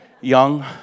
young